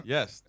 Yes